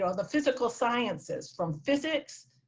ah the physical sciences, from physics,